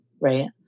right